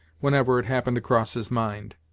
whenever it happened to cross his mind.